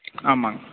ஆமாங்க